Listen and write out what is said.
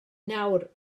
nawr